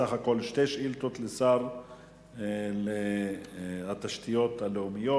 בסך הכול שתי שאילתות לשר התשתיות הלאומיות.